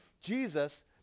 Jesus